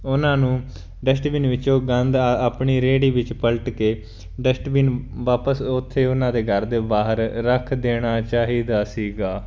ਉਹਨਾਂ ਨੂੰ ਡਸਟਬਿਨ ਵਿੱਚ ਗੰਦ ਆਪਣੀ ਰੇਹੜੀ ਵਿੱਚ ਪਲਟ ਕੇ ਡਸਟਬਿਨ ਵਾਪਿਸ ਉੱਥੇ ਉਹਨਾਂ ਦੇ ਘਰ ਦੇ ਬਾਹਰ ਰੱਖ ਦੇਣਾ ਚਾਹੀਦਾ ਸੀਗਾ